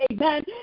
amen